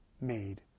made